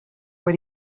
what